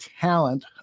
talent